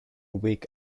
week